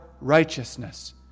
righteousness